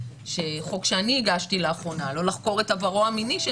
שחוק שאני הגשתי לאחרונה לא לחקור את עברו המיני של